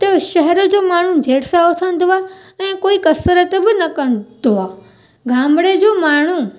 त शहर जो माण्हू देरि सां उथंदो आहे ऐं कोई कसरत बि न कंदो आहे गामिड़े जो माण्हू